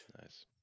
nice